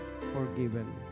forgiven